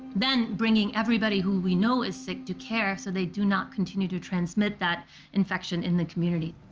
then bringing everybody who we know is sick to care so they do not continue to transmit that infection in the community.